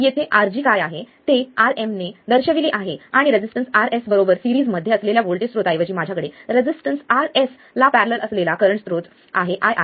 येथे RG काय आहे ते Rm ने दर्शविले आहे आणि रेझिस्टन्स Rsबरोबर सेरीज मध्ये असलेल्या व्होल्टेज स्त्रोताऐवजी माझ्याकडे रेझिस्टन्स Rs ला पॅरेलल असलेला करंट स्त्रोत आहे ii